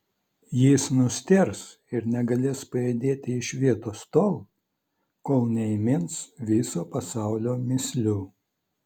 jis nustėrs ir negalės pajudėti iš vietos tol kol neįmins viso pasaulio mįslių